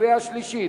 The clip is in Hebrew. קריאה שלישית.